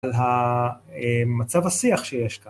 על מצב השיח שיש כאן